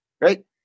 right